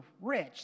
rich